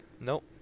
Nope